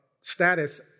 status